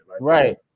right